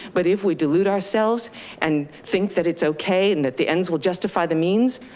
but if we delude ourselves and think that it's okay and that the ends will justify the means,